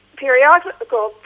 periodical